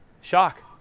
shock